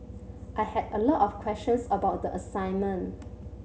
I had a lot of questions about the assignment